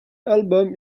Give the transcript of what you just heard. album